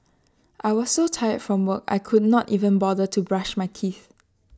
I was so tired from work I could not even bother to brush my teeth